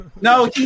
No